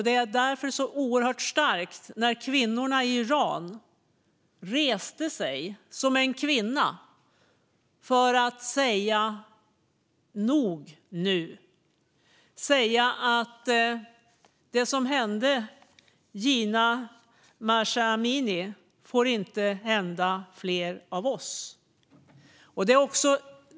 Det är därför det var så oerhört starkt när kvinnorna i Iran reste sig som en kvinna för att säga: Nog nu! Det som hände Jina Mahsa Amini får inte hända fler av oss!